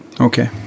Okay